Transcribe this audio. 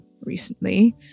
recently